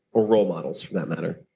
or role models for that matter?